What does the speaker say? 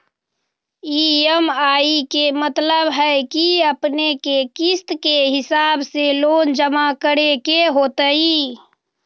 EMI के मतलब है कि अपने के किस्त के हिसाब से लोन जमा करे के होतेई?